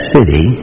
City